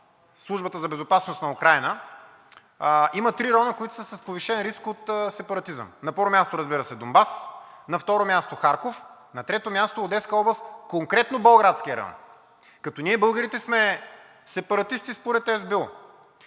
Службата за безопасност на Украйна – са с повишен риск от сепаратизъм: на първо място, разбира се – Донбас, на второ място – Харков, на трето място – Одеска област, конкретно Болградският район, като ние българите сме сепаратисти според СБУ.